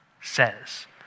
says